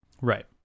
right